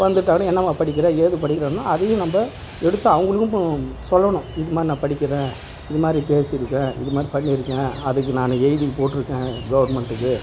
வந்துட்டானால் என்னம்மா படிக்கிறே ஏது படிக்கிறேன்னும் அதையும் நம்ம எடுத்து அவங்களுக்கும் சொல்லணும் இது மாதிரி நான் படிக்கிறேன் இது மாதிரி பேசியிருக்கேன் இது மாதிரி பண்ணியிருக்கேன் அதுக்கு நான் எழுதி போட்டிருக்கேன் கவுர்மெண்டுக்கு